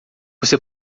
você